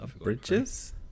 Bridges